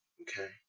Okay